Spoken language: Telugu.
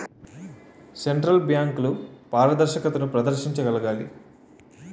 సెంట్రల్ బ్యాంకులు పారదర్శకతను ప్రదర్శించగలగాలి